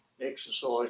exercise